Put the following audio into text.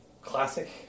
classic